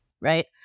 right